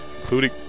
including